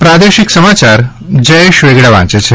પ્રાદેશિક સમાચાર જયેશ વેગડા વાંચે છે